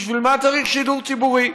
בשביל מה צריך שידור ציבורי?